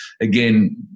Again